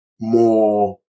more